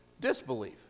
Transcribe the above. disbelief